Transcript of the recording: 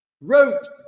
wrote